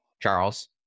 Charles